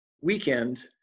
weekend